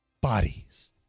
bodies